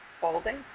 Folding